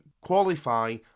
qualify